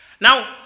Now